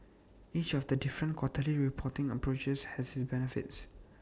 each of the different quarterly reporting approaches has its benefits